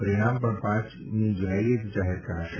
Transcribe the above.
પરિણામ પણ પાંચમી જૂલાઇએ જ જાહેર કરાશે